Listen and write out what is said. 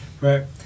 Right